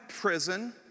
prison